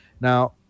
Now